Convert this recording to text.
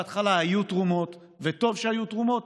בהתחלה היו תרומות, וטוב שהיו תרומות.